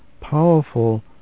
powerful